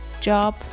job